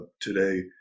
Today